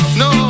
no